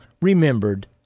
remembered